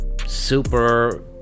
super